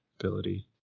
ability